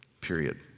Period